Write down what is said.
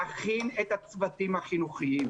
להכין את הצוותים החינוכיים,